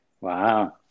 Wow